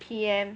P_M